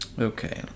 Okay